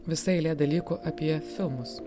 visa eilė dalykų apie filmus